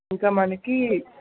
ఇంకా మనకి